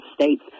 states